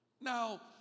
Now